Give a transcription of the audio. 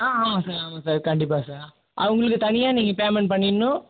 ஆ ஆமாம் சார் ஆமாம் சார் கண்டிப்பாக சார் அவர்களுக்கு தனியாக நீங்கள் பேமெண்ட் பண்ணிவிடணும்